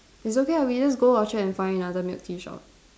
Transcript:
it's okay ah we just go Orchard and find another milk tea shop